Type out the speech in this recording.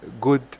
good